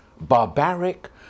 barbaric